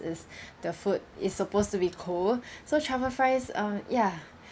is the food is supposed to be cold so truffle fries uh ya